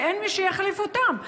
ואין מי שיחליף אותם.